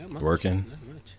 Working